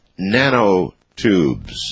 nanotubes